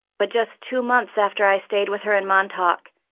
but just two months after i stayed with her in montauk,